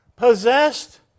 Possessed